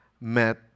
met